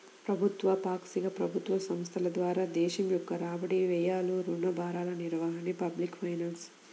ప్రభుత్వ, పాక్షిక ప్రభుత్వ సంస్థల ద్వారా దేశం యొక్క రాబడి, వ్యయాలు, రుణ భారాల నిర్వహణే పబ్లిక్ ఫైనాన్స్